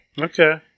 Okay